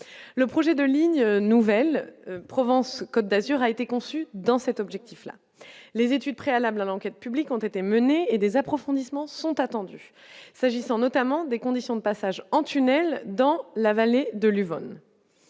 le projet de Ligne nouvelle Provence Côte d'Azur a été conçu dans cet objectif-là, les études préalables à l'enquête publique, ont été menées et des approfondissements sont attendues s'agissant notamment des conditions de passage en tunnel dans la vallée de l'Huveaune